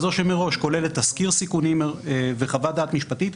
כזו שמראש כוללת תסקיר סיכונים וחוות דעת משפטית,